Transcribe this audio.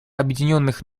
объединенных